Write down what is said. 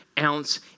ounce